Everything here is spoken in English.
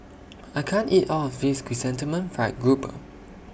I can't eat All of This Chrysanthemum Fried Grouper